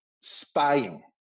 spying